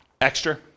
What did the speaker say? Extra